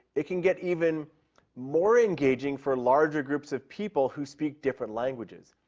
it can get even more engaging for larger groups of people who speak different languages.